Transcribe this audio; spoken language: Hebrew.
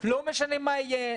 לא משנה מה יהיה,